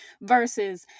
versus